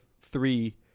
three